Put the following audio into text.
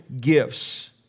gifts